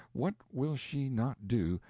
what will she not do,